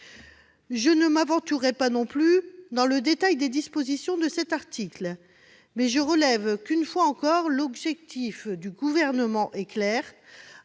Je ne m'aventurerai pas non plus dans le détail des dispositions de cet article, mais je relève qu'une fois encore l'objectif du Gouvernement est clair